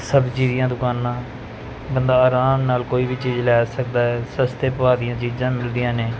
ਸਬਜ਼ੀ ਦੀਆਂ ਦੁਕਾਨਾਂ ਬੰਦਾ ਆਰਾਮ ਨਾਲ ਕੋਈ ਵੀ ਚੀਜ਼ ਲੈ ਸਕਦਾ ਸਸਤੇ ਭਾਅ ਦੀਆਂ ਚੀਜ਼ਾਂ ਮਿਲਦੀਆਂ ਨੇ